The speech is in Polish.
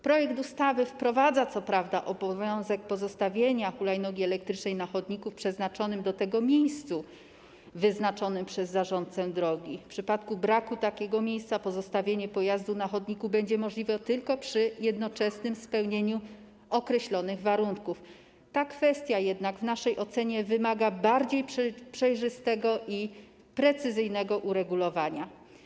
Projekt ustawy wprowadza co prawda obowiązek pozostawienia hulajnogi elektrycznej na chodniku w przeznaczonym do tego miejscu wyznaczonym przez zarządcę drogi, w przypadku braku takiego miejsca pozostawienie pojazdu na chodniku będzie możliwe tylko przy jednoczesnym spełnieniu określonych warunków, ta kwestia jednak w naszej ocenie wymaga bardziej przejrzystego i precyzyjnego uregulowania.